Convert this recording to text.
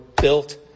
built